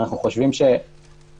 אנחנו חושבים שגם